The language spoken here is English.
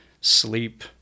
sleep